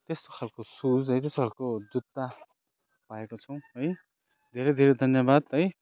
त्यस्तो खालको सुज त्यस्तो खालको जुत्ता पाएको छौँ है धेरै धेरै धन्यवाद है